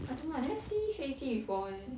I don't know I never see HEYTEA before eh